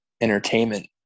entertainment